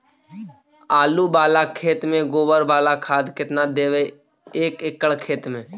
आलु बाला खेत मे गोबर बाला खाद केतना देबै एक एकड़ खेत में?